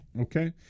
Okay